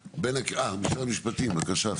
משרד המשפטים, בבקשה.